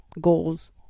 goals